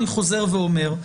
אני חוזר ואומר,